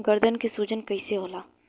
गर्दन के सूजन कईसे होला?